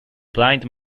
blind